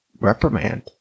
reprimand